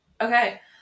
Okay